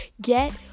get